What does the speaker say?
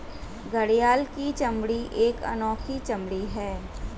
घड़ियाल की चमड़ी एक अनोखी चमड़ी है